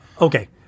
Okay